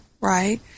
right